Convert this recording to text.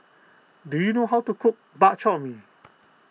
do you know how to cook Bak Chor Mee